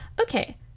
Okay